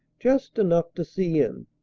just enough to see in.